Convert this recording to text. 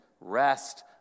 rest